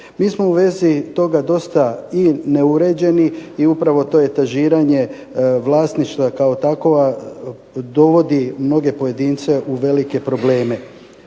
MI smo u vezi toga dosta neuređeni i upravo to etažiranje vlasništva kao takova dovodi mnoge pojedince u velike probleme.